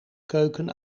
keuken